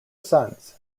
sons